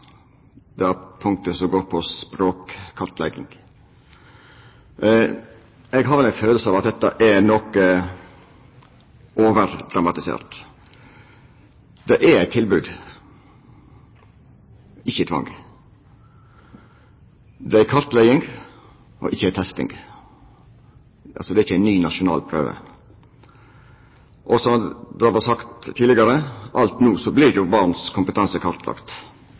det punktet som går på språkkartlegging. Eg har ein følelse av at dette er noko overdramatisert. Det er eit tilbod, ikkje tvang, og det er ei kartlegging, ikkje ei testing. Det er altså ikkje ei ny nasjonal prøve. Og som det vart sagt tidlegare: Alt no vert jo barns kompetanse